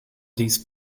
these